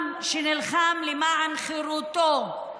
עם שנלחם למען חירותו,